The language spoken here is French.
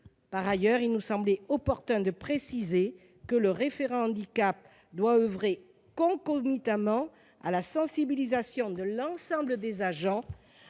Par ailleurs, il nous semblait opportun de préciser que le référent handicap devait oeuvrer concomitamment à la sensibilisation de l'ensemble des agents